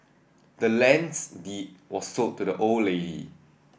the land's deed was sold to the old lady